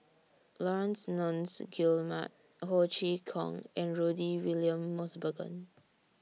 Laurence Nunns Guillemard Ho Chee Kong and Rudy William Mosbergen